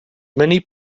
many